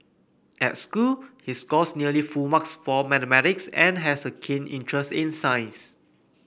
at school he scores nearly full marks for mathematics and has a keen interest in science